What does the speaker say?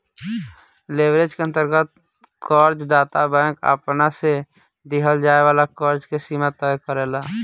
leverage के अंतर्गत कर्ज दाता बैंक आपना से दीहल जाए वाला कर्ज के सीमा तय करेला